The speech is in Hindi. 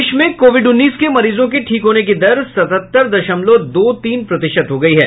देश में कोविड उन्नीस के मरीजों के ठीक होने की दर सतहत्तर दशमलव दो तीन प्रतिशत हो गई है